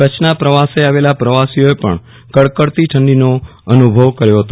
કચ્છના પ્રવાસે આવેલા પ્રવાસીઓએ પણ કડકડતી ઠંડીનો અનભવ કર્યો હતો